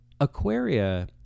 Aquaria